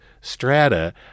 strata